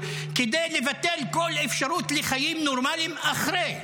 כדי לבטל כל אפשרות לחיים נורמליים אחרי.